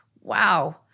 wow